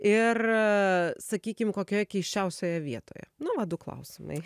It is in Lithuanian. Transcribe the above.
ir sakykim kokioje keisčiausioje vietoje nu vat du klausimai